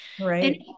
Right